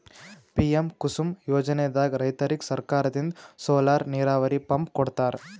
PM Kusum ಯೋಜನೆದಾಗ್ ರೈತರಿಗ್ ಸರ್ಕಾರದಿಂದ್ ಸೋಲಾರ್ ನೀರಾವರಿ ಪಂಪ್ ಕೊಡ್ತಾರ